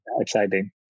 exciting